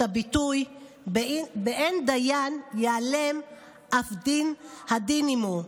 הביטוי "באין דיין ייעלם אף הדין עימו".